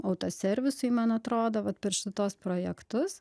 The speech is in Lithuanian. autoservisui man atrodo vat per šituos projektus